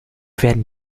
werden